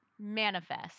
Manifest